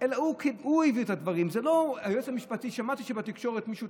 אלא הוא הביא את הדברים, שמעתי שבתקשורת מישהו